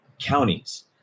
counties